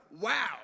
wow